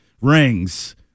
rings